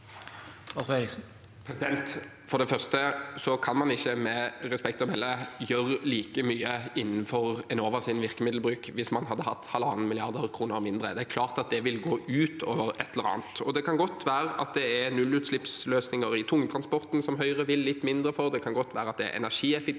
man ikke med respekt å melde gjøre like mye innenfor Enovas virkemiddelbruk hvis man hadde hatt 1,5 mrd. kr mindre. Det er klart at det vil gå ut over et eller annet. Det kan godt være at det er nullutslippsløsninger i tungtransporten Høyre vil litt mindre for. Det kan godt være at det er energieffektivisering